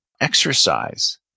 exercise